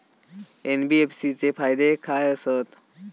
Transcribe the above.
NBFC चे फायदे खाय आसत?